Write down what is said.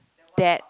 that